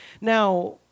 Now